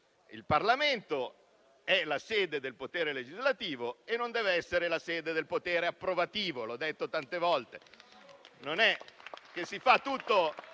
Il Parlamento è la sede del potere legislativo e non deve essere la sede del potere approvativo. L'ho detto tante volte.